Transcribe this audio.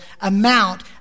amount